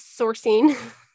sourcing